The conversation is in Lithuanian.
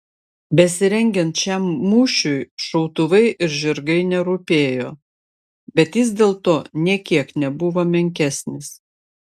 besirengiant šiam mūšiui šautuvai ir žirgai nerūpėjo bet jis dėl to nė kiek nebuvo menkesnis